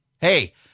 Hey